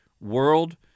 world